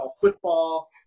football